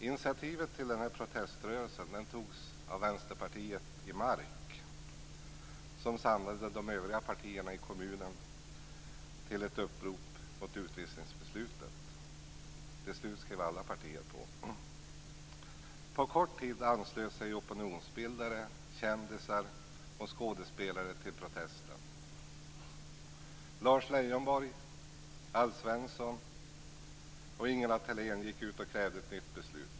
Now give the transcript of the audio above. Initiativet till den här proteströrelsen togs av Till slut skrev alla partier på. På kort tid anslöt sig opinionsbildare, kändisar och skådespelare till protesten. Lars Leijonborg, Alf Svensson och Ingela Thalén gick ut och krävde ett nytt beslut.